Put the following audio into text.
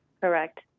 Correct